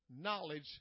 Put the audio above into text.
knowledge